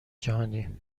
جهانی